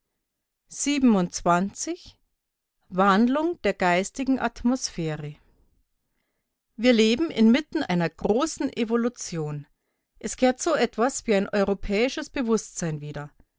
der geistigen atmosphäre wir leben inmitten einer großen evolution es kehrt so etwas wie ein europäisches bewußtsein wieder